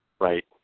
Right